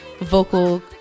vocal